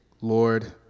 Lord